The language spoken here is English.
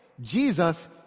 Jesus